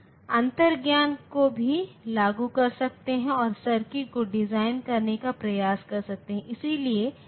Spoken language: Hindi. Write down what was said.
इसलिए परिणामस्वरूप हमे अलग मिले हैं क्योंकि प्रौद्योगिकी स्केलिंग प्रगति कर रही है